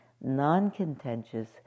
non-contentious